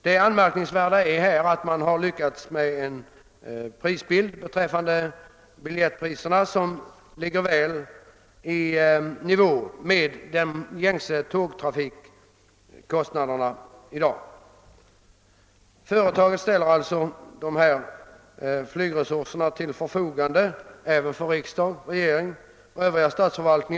Det anmärkningsvärda är att man lyckats genomföra en prissättning som ligger väl i nivå med de gängse kostnaderna för järnvägsresor. Företaget ställer dessa flygresurser till förfogande även för riksdag, regering och övrig statsförvaltning.